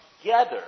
together